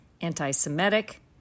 anti-Semitic